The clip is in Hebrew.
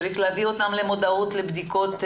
צריך להביא אותם למודעות לבדיקות.